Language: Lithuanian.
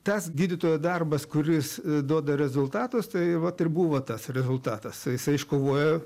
tas gydytojo darbas kuris duoda rezultatus tai vat ir buvo tas rezultatas jisai iškovojo